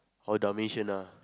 orh dalmatian ah